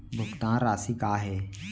भुगतान राशि का हे?